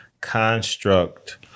construct